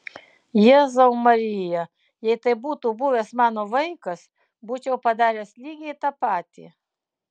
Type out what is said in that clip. jėzau marija jei tai būtų buvęs mano vaikas būčiau padaręs lygiai tą patį